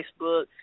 Facebook